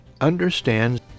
Understand